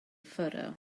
photo